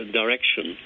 direction